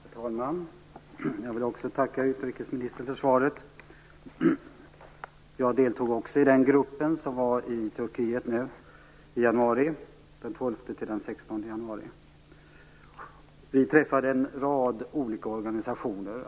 Herr talman! Även jag vill tacka utrikesministern för svaret. Jag deltog också i den grupp som var i Turkiet den 12-16 januari. Vi träffade en rad olika organisationer.